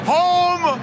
home